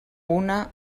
una